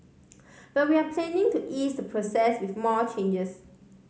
but we are planning to ease the process with more changes